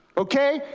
okay.